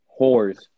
Whores